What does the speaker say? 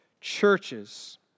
churches